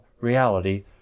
reality